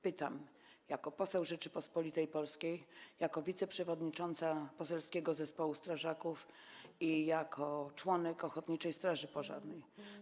Pytam jako poseł Rzeczypospolitej Polskiej, jako wiceprzewodnicząca poselskiego zespołu strażaków i jako członek ochotniczej straży pożarnej: